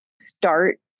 start